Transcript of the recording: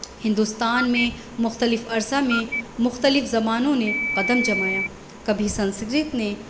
ہندوستان میں مختلف عرصہ میں مختلف زبانوں نے قدم جمایا کبھی سنسکرت نے